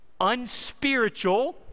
unspiritual